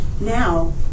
Now